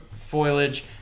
foliage